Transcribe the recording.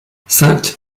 cinq